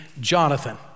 Jonathan